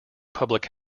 public